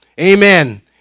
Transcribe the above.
Amen